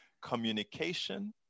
communication